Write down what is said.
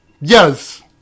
Yes